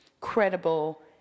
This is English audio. credible